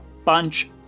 bunch